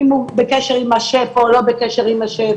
אם הוא בקשר עם השף או לא בקשר עם השף,